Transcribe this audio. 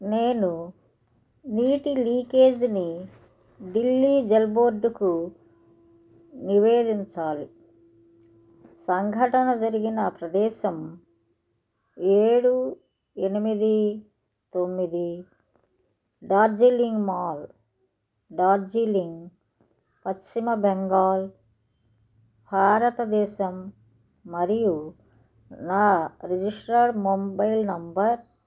నేను నీటి లీకేజ్ని ఢిల్లీ జల్ బోర్డుకు నివేదించాలి సంఘటన జరిగిన ప్రదేశం ఏడు ఎనిమిది తొమ్మిది డార్జీలింగ్ మాల్ డార్జీలింగ్ పశ్చిమ బెంగాల్ భారతదేశం మరియు నా రిజిస్టర్ మొబైల్ నంబర్